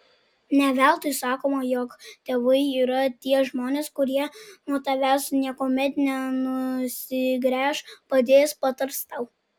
ne veltui sakoma jog tėvai yra tie žmonės kurie nuo tavęs niekuomet nenusigręš padės patars tau